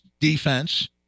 defense